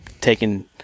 taking